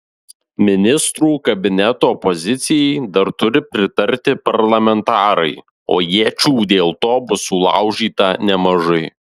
ministrų kabineto pozicijai dar turi pritarti parlamentarai o iečių dėl to bus sulaužyta nemažai